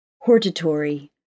hortatory